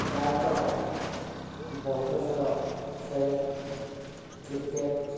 ପ୍ରାୟତଃ ବହୁତ ଖେଳ ଖେଳେ କ୍ରିକେଟ୍